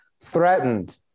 threatened